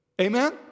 Amen